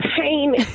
pain